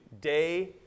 day